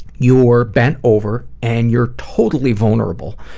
you're bent over and you're totally vulnerable.